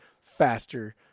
faster